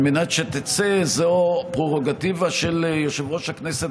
על מנת שתצא איזה פררוגטיבה של יושב-ראש הכנסת